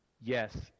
Yes